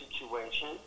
situation